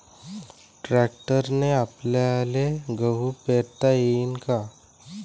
ट्रॅक्टरने आपल्याले गहू पेरता येईन का?